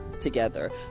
together